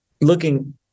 looking